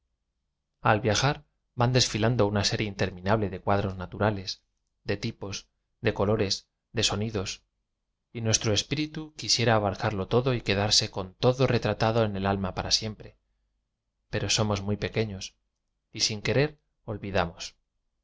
ja r van desfilando una serie in term ina ble de cuadros naturales de tipos de co lo res de sonidos y nuestro espíritu qui sie ra a b a rca rlo todo y quedarse con todo retratado en e l alm a p a ra siem pre pero som os m uy pequeños y sin querer o